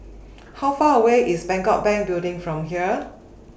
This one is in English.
How Far away IS Bangkok Bank Building from here